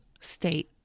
state